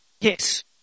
Yes